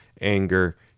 anger